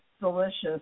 delicious